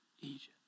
Egypt